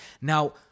Now